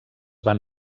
van